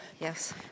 yes